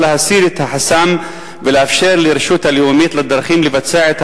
להסיר את החסם ולאפשר לרשות הלאומית לדרכים לבצע את